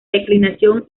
declinación